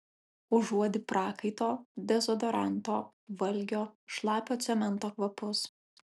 užuodi prakaito dezodoranto valgio šlapio cemento kvapus